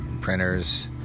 printers